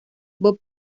bob